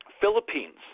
Philippines